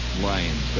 Lions